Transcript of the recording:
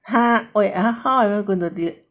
他 !oi! how am I suppose to